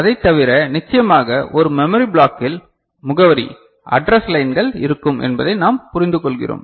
அதைத தவிர நிச்சயமாக ஒரு மெமரி பிளாக்கில் முகவரி அட்ரஸ் லைன்கள் இருக்கும் என்பதை நாம் புரிந்துகொள்கிறோம்